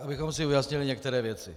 Abychom si ujasnili některé věci.